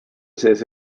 sees